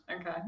Okay